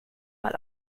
mal